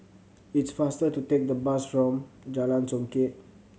it's faster to take the bus Jalan Songket